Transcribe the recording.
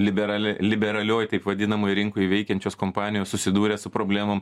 liberali liberalioj taip vadinamoj rinkoj veikiančios kompanijos susidūrė su problemom